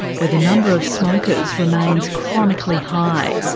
where the number of smokers remains chronically high.